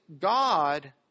God